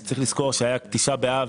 צריך לזכור שהיה ט' באב.